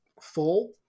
full